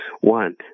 One